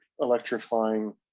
electrifying